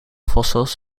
fossils